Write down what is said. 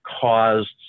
caused